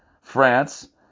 France